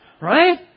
Right